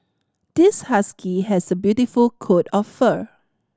this husky has a beautiful coat of fur